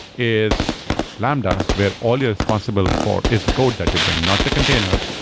is lambda where all you're responsible for is the code that you bring. not the container,